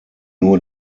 nur